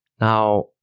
Now